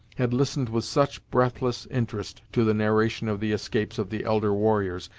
had listened with such breathless interest to the narration of the escapes of the elder warriors,